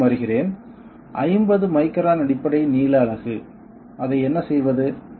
மீண்டும் வருகிறேன் 50 மைக்ரான் அடிப்படை நீள அலகு அதை என்ன செய்வது